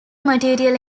material